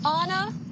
Anna